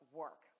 work